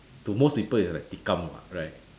to most people it's like tikam [what] right